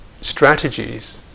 strategies